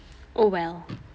oh well